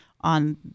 on